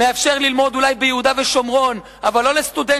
מאפשר ללמוד אולי ביהודה ושומרון אבל לא לסטודנט